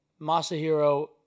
Masahiro